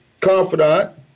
confidant